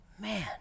man